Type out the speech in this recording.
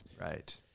Right